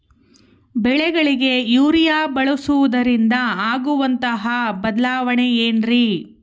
ಬೆಳೆಗಳಿಗೆ ಯೂರಿಯಾ ಬಳಸುವುದರಿಂದ ಆಗುವಂತಹ ಬದಲಾವಣೆ ಏನ್ರಿ?